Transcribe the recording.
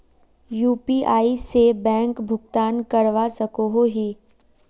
UPI से bank भुगतान करवा सकोहो ही?